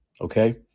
okay